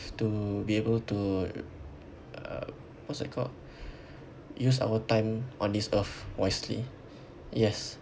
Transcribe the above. to be able to uh what's that called use our time on this earth wisely yes